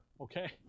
okay